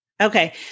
Okay